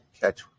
catch